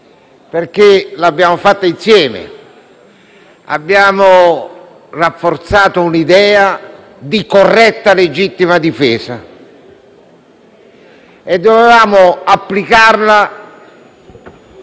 perché l'abbiamo fatta insieme. Abbiamo rafforzato un'idea di corretta legittima difesa e dovevamo applicarla